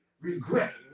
regret